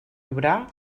obrar